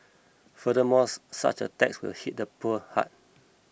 furthermore such a tax will hit the poor hard